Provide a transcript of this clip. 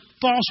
false